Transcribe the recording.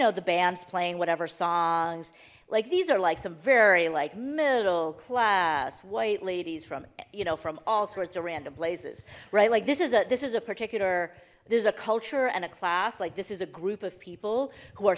know the bands playing whatever songs like these are like some very like middle class white ladies from you know from all sorts of random places right like this is a this is a particular there's a culture and a class like this is a group of people who are